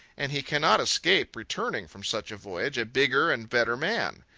and he cannot escape returning from such a voyage a bigger and better man.